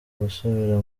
gusubira